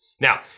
Now